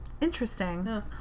Interesting